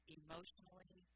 emotionally